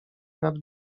nad